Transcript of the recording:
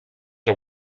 are